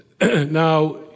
Now